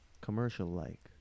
commercial-like